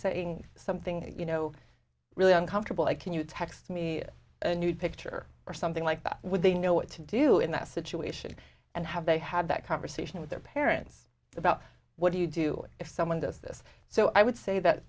saying something you know really uncomfortable i can you text me a nude picture or something like that would they know what to do in that situation and have they had that conversation with their parents about what do you do if someone does this so i would say that